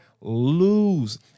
lose